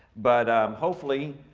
but hopefully,